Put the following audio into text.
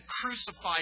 crucified